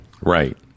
Right